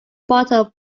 bottle